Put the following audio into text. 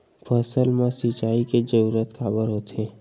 फसल मा सिंचाई के जरूरत काबर होथे?